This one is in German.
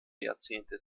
jahrzehnte